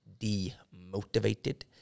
Demotivated